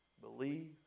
believe